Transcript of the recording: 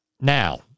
Now